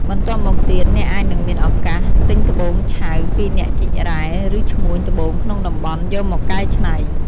បន្ទាប់មកទៀត អ្នកអាចនឹងមានឱកាសទិញត្បូងឆៅពីអ្នកជីករ៉ែ ឬឈ្មួញត្បូងក្នុងតំបន់យកមកកែច្នៃ។